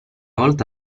volta